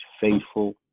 faithful